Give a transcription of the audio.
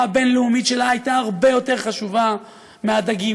הבין-לאומית שלה הייו הרבה יותר חשובה מהדגים.